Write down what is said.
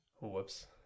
whoops